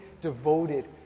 devoted